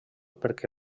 perquè